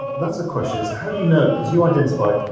that's the question is how do you know? because you identified,